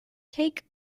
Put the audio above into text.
take